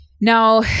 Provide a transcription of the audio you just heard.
Now